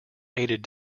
aided